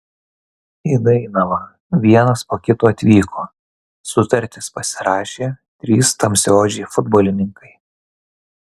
į dainavą vienas po kito atvyko sutartis pasirašė trys tamsiaodžiai futbolininkai